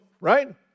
right